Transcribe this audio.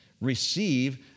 receive